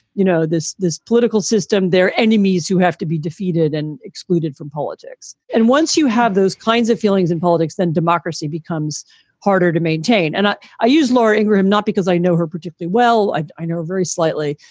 you know, this this political system, their enemies who have to be defeated and excluded from politics. and once you have those kinds of feelings in politics, then democracy becomes harder to maintain. and i i use laura ingraham not because i know her particularly well, i i know very slightly,